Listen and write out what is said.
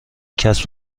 کسب